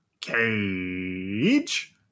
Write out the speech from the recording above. cage